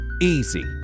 easy